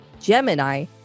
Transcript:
Gemini